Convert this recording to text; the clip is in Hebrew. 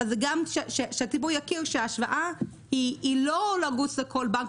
הציבור צריך להכיר שההשוואה היא לא לרוץ לכל בנק,